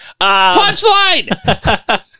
Punchline